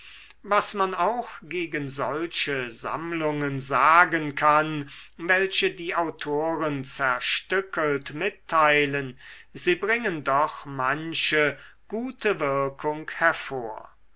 was man auch gegen solche sammlungen sagen kann welche die autoren zerstückelt mitteilen sie bringen doch manche gute wirkung hervor